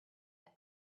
the